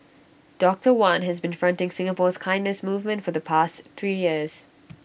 doctor wan has been fronting Singapore's kindness movement for the past three years